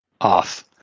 off